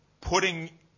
putting